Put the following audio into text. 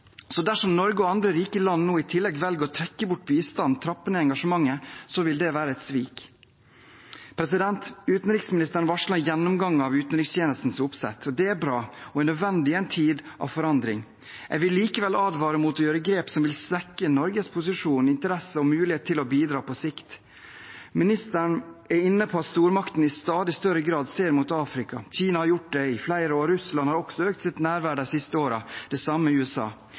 Så dersom Norge og andre rike land nå i tillegg velger å trekke bort bistanden og trappe ned engasjementet, vil det være et svik. Utenriksministeren varslet en gjennomgang av utenrikstjenestens oppsett, og det er bra og nødvendig i en tid med forandring. Jeg vil likevel advare mot å ta grep som vil svekke Norges posisjon, interesse og mulighet til å bidra på sikt. Ministeren er inne på at stormaktene i stadig større grad ser mot Afrika. Kina har gjort det i flere år, og Russland har også økt sitt nærvær de siste årene. Det samme gjør USA.